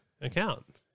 account